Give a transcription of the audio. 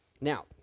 Now